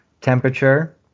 temperature